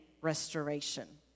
restoration